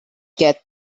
get